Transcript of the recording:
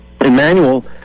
Emmanuel